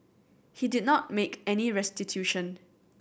he did not make any restitution